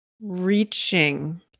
Reaching